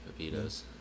Pepitos